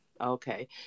Okay